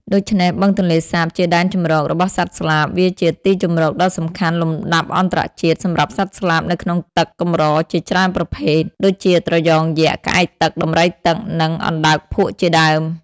ដូច្នេះ បឹងទន្លេសាប ជាដែនជម្រករបស់់សត្វស្លាប វាជាទីជម្រកដ៏សំខាន់លំដាប់អន្តរជាតិ សម្រាប់សត្វស្លាបនៅក្នុងទឹកកម្រជាច្រើនប្រភេទ ដូចជា ត្រយងយក្ស ក្អែកទឹក ដំរីទឹក និង អណ្ដើកភក់ជាដើម។